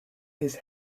his